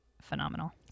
phenomenal